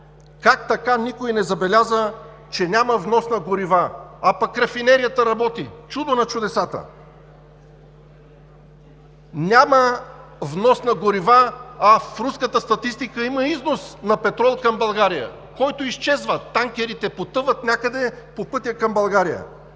как така никой не забеляза, че няма внос на горива, а пък рафинерията работи? Чудо на чудесата! Няма внос на горива, а в руската статистика има износ на петрол към България, който изчезва, танкерите потъват някъде по пътя към България.